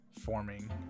forming